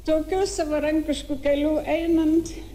tokiu savarankišku keliu einant